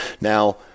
Now